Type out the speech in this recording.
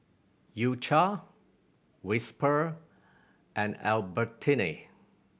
U Cha Whisper and Albertini